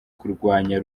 kurwanya